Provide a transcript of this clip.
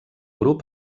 grup